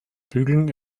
bügeln